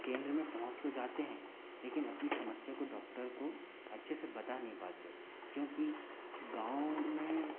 केंद्र में पहुँच तो जाते हैं लेकिन अपनी समस्या को डॉक्टर को अच्छे से बता नहीं पाते क्योंकि गाँव में